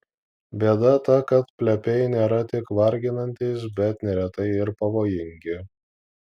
bėda ta kad plepiai nėra tik varginantys bet neretai ir pavojingi